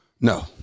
No